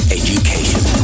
education